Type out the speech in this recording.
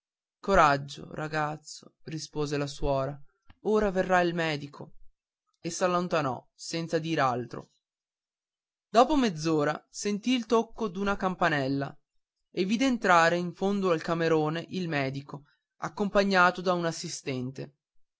coraggio ragazzo rispose la suora ora verrà il medico e s'allontanò senza dir altro dopo mezz'ora sentì il tocco d'una campanella e vide entrare in fondo al camerone il medico accompagnato da un assistente